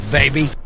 baby